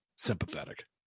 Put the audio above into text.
sympathetic